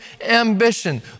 ambition